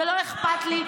זה לא אכפת לי,